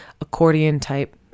accordion-type